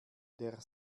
der